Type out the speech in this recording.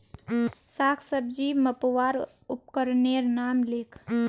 साग सब्जी मपवार उपकरनेर नाम लिख?